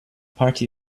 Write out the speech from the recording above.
party